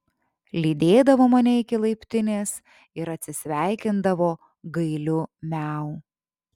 lydėdavo mane iki laiptinės ir atsisveikindavo gailiu miau